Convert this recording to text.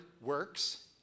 works